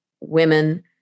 women